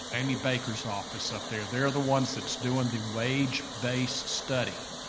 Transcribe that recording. amy baker's office up there, they're the ones that's doing the wage-based study.